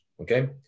okay